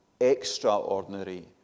extraordinary